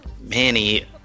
Manny